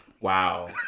Wow